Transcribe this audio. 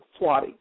Swati